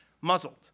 muzzled